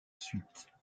suite